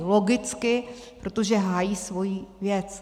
Logicky, protože hájí svoji věc.